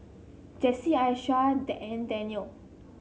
Jess Aisha and Dannielle